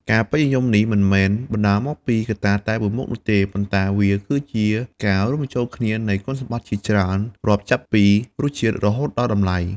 ការពេញនិយមនេះមិនមែនបណ្ដាលមកពីកត្តាតែមួយមុខនោះទេ ប៉ុន្តែវាគឺជាការរួមបញ្ចូលគ្នានៃគុណសម្បត្តិជាច្រើន រាប់ចាប់ពីរសជាតិ រហូតដល់តម្លៃ ។